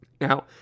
Now